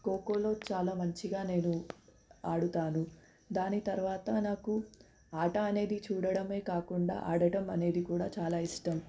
ఖోఖోలో చాలా మంచిగా నేను ఆడుతాను దాని తర్వాత నాకు ఆట అనేది చూడడమే కాకుండా ఆడటం అనేది కూడా చాలా ఇష్టం